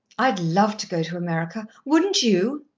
i'd love to go to america, wouldn't you?